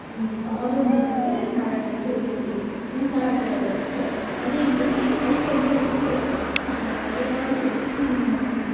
power லூமுங்கிறது கர இது இ மின்சாரத்தில் ஓட்டுறது அதேமாரி கைத்தறியும் இருக்குது அதில்லாம